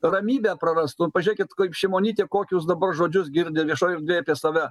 ramybę prarastų pažiūrėkit kaip šimonytė kokius dabar žodžius girdi viešoj erdvėj apie save